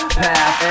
path